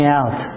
out